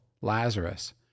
Lazarus